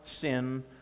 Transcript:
sin